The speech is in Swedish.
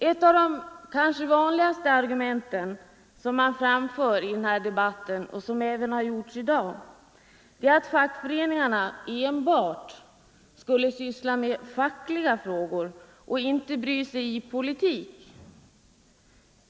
Ett av de väsentligaste argument som anförts i denna debatt — det har man gjort även i dag — är att fackföreningarna enbart skall syssla med fackliga frågor och inte lägga sig i politiken.